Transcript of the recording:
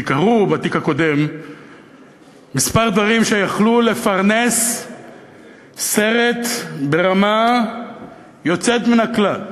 כי קרו בתיק הקודם כמה דברים שיכלו לפרנס סרט ברמה יוצאת מן הכלל: